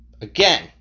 Again